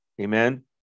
Amen